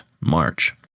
march